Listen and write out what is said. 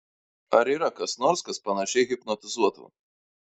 ar yra kas nors kas panašiai hipnotizuotų